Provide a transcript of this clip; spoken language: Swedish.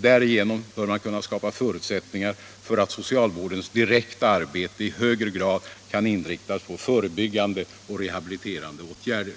Därigenom bör man kunna skapa förutsättningar för att socialvårdens direkta arbete i högre grad kan inriktas på förebyggande och rehabiliterande åtgärder.